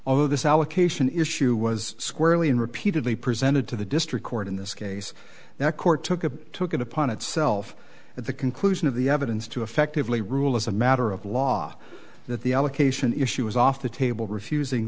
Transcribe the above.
although this allocation issue was squarely and repeatedly presented to the district court in this case the court took a took it upon itself at the conclusion of the evidence to effectively rule as a matter of law that the allocation issue was off the table refusing